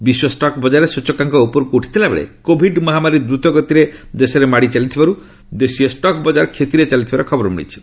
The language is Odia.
ବିଶ୍ୱ ଷ୍ଟକ୍ ବଜାରରେ ସୂଚକାଙ୍କ ଉପରକୁ ଉଠିଥିଲା ବେଳେ କୋଭିଡ୍ ମହାମାରୀ ଦ୍ରୁତ ଗତିରେ ମାଡ଼ିଚାଲିଥିବାରୁ ଦେଶୀୟ ଷ୍ଟକ୍ ବଜାର କ୍ଷତିରେ ଚାଲିଥିବାର ଖବର ମିଳିଛି